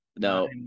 No